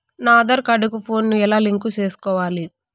నా ఆధార్ కార్డు కు ఫోను ను ఎలా లింకు సేసుకోవాలి?